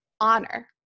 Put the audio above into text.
honor